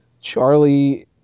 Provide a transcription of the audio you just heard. Charlie